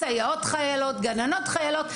סייעות חיילות וגננות חיילות,